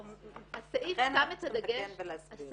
לכן אנחנו צריכים לתקן ולהסביר.